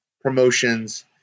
promotions